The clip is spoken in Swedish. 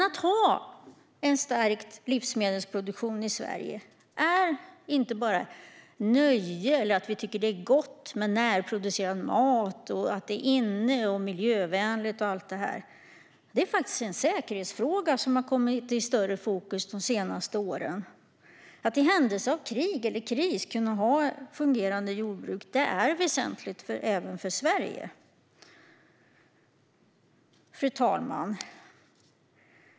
Att ha en stärkt livsmedelsproduktion i Sverige handlar inte bara om ett nöje eller om att vi tycker att det är gott med närproducerad mat, att det är inne och miljövänligt och allt detta. Det är faktiskt en säkerhetsfråga som i högre grad har hamnat i fokus de senaste åren. Att i händelse av krig eller kris kunna ha fungerande jordbruk är väsentligt även för Sverige. Fru talman!